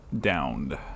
downed